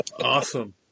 Awesome